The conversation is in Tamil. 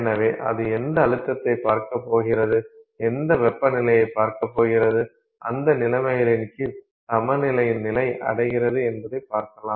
எனவே அது எந்த அழுத்தத்தைப் பார்க்கப் போகிறது எந்த வெப்பநிலையைப் பார்க்கப் போகிறது அந்த நிலைமைகளின் கீழ் சமநிலை நிலை அடைகிறது எனப் பார்க்கலாம்